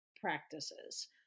practices